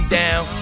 down